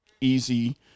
easy